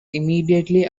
immediately